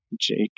Jake